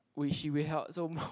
which she we held so